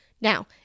Now